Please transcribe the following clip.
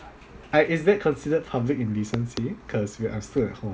I is that considered public indecency cause well I'm still at home